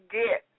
get